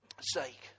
sake